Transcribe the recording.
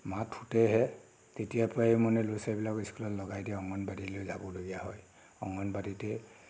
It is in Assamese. মাত ফুটেহে তেতিয়াৰ পৰাই মানে ল'ৰা ছোৱালীবিলাকক স্কুলত লগাই দিয়ে অংগনবাড়ীলৈ যাবলগীয়া হ'য় অংগনবাড়ীতে